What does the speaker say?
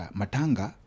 matanga